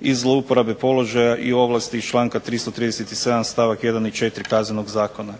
i zlouporabe položaja i ovlasti iz članka 337. stavak 1. i 4. Kaznenog zakona.